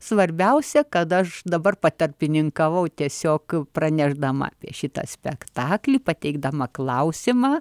svarbiausia kad aš dabar patarpininkavau tiesiog pranešdama apie šitą spektaklį pateikdama klausimą